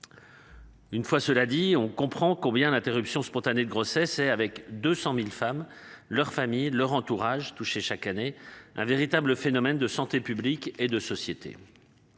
Une fois cela dit, on comprend combien d'interruptions spontanées de grossesse avec 200.000 femmes, leur famille, leur entourage toucher chaque année un véritable phénomène de santé publique et de société.